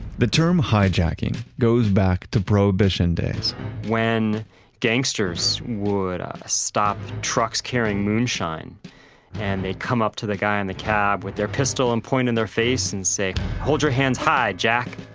the term hijacking goes back to prohibition days when gangsters would stop trucks carrying moonshine and they come up to the guy in the cab with their pistol and pointing in their face and say hold your hands high, jack.